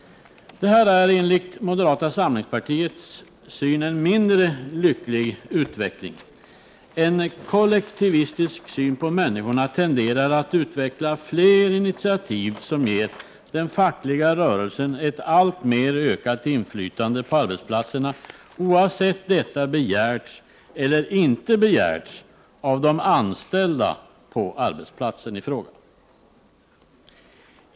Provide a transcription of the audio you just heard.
Detta är enligt moderata samlingspartiets uppfattning en mindre lycklig utveckling. En kollektivistisk syn på människorna tenderar att resultera i fler initiativ som ger den fackliga rörelsen ett allt större inflytande på arbetsplatserna, oavsett om detta begärts eller inte av de anställda på arbetsplatsen i fråga.